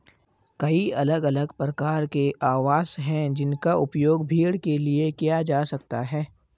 कई अलग अलग प्रकार के आवास हैं जिनका उपयोग भेड़ के लिए किया जा सकता है